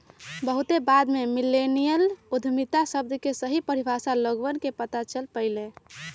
बहुत बाद में मिल्लेनियल उद्यमिता शब्द के सही परिभाषा लोगवन के पता चल पईलय